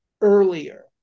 earlier